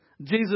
Jesus